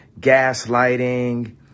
gaslighting